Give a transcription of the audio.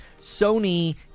Sony